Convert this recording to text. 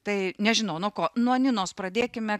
tai nežinau nuo ko nuo ninos pradėkime